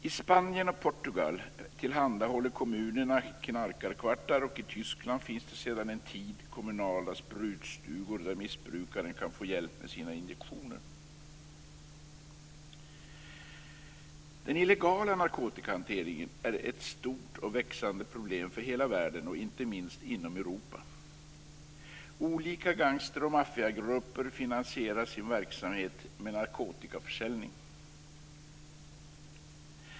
I Spanien och Portugal tillhandahåller kommunerna knarkarkvartar, och i Tyskland finns det sedan en tid kommunala sprutstugor där missbrukaren kan få hjälp med sina injektioner. Den illegala narkotikahanteringen är ett stort och växande problem för hela världen och inte minst inom Europa. Olika gangster och maffiagrupper finansierar sin verksamhet med narkotikaförsäljning.